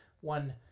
one